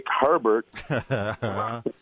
Herbert